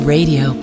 Radio